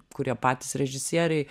kurie patys režisieriai